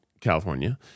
California